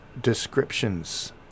descriptions